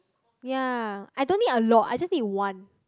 ya I don't need a lot I just need one